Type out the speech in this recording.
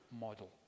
model